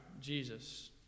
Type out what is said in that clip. Jesus